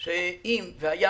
או הנציגים שלהם שאם, חלילה,